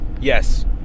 Yes